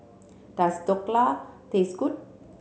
does Dhokla taste good